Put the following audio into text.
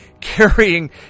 carrying